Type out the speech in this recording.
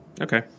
Okay